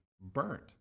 burnt